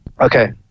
Okay